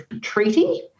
treaty